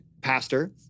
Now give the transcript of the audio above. pastor